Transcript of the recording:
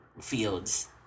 fields